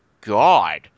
god